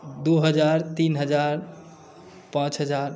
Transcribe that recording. दू हजार तीन हजार पाँच हजार